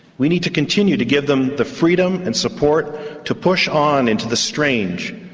we need to continue to give them the freedom and support to push on into the strange,